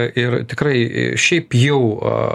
ir tikrai šiaip jau